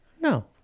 No